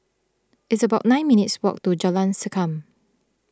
it's about nine minutes' walk to Jalan Sankam